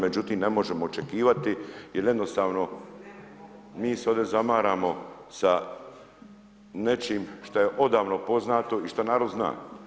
Međutim, ne možemo očekivati jer jednostavno mi se ovdje zamaramo sa nečim što je odavno poznato i što narod zna.